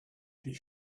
die